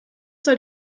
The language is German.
soll